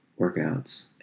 workouts